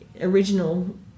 original